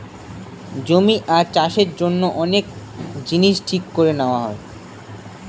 জমি আর চাষের জন্য অনেক জিনিস ঠিক করে নেওয়া হয়